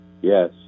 Yes